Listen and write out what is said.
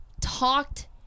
talked